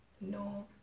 no